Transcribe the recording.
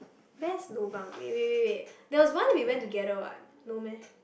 best lobang wait wait wait wait there was one we went together what no meh